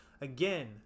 again